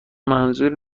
منظوری